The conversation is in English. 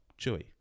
Chewy